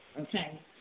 okay